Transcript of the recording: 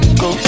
go